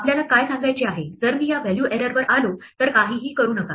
आपल्याला काय सांगायचे आहे जर मी या व्हॅल्यू एररवर आलो तर काहीही करू नका